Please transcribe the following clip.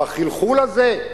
אבל החלחול הזה,